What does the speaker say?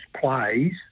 plays